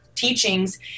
Teachings